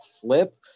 flip